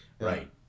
Right